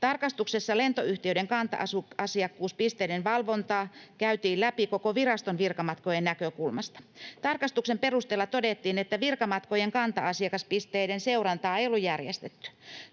Tarkastuksessa lentoyhtiöiden kanta-asiakkuuspisteiden valvontaa käytiin läpi koko viraston virkamatkojen näkökulmasta. Tarkastuksen perusteella todettiin, että virkamatkojen kanta-asiakaspisteiden seurantaa ei ollut järjestetty.